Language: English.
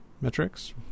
metrics